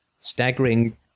staggering